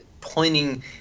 pointing